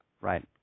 Right